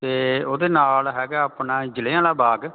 ਅਤੇ ਉਹਦੇ ਨਾਲ ਹੈਗਾ ਆਪਣਾ ਜਲ੍ਹਿਆਂਵਾਲਾ ਬਾਗ